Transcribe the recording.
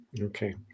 Okay